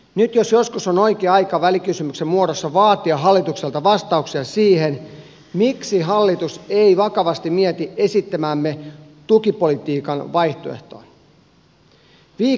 nyt jos koskaan on oikea aika välikysymyksen muodossa vaatia hallitukselta vastauksia siihen miksi hallitus ei vakavasti mieti esittämäämme tukipolitiikan vaihtoehtoa